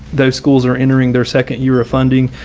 those schools are entering their second year of funding,